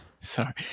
Sorry